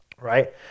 right